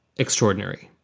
extraordinary.